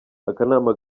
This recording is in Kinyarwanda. akanama